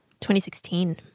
2016